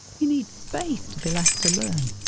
you need space to be left to learn.